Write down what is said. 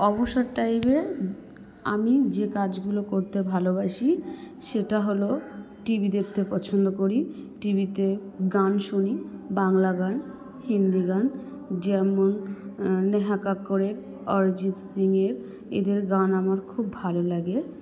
অবসর টাইমে আমি যে কাজগুলো করতে ভালোবাসি সেটা হল টিভি দেখতে পছন্দ করি টিভিতে গান শুনি বাংলা গান হিন্দি গান যেমন নেহা কক্করের অরজিৎ সিংয়ের এদের গান আমার খুব ভালো লাগে